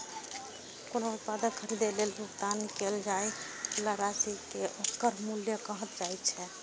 कोनो उत्पाद खरीदै लेल भुगतान कैल जाइ बला राशि कें ओकर मूल्य कहल जाइ छै